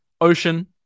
Ocean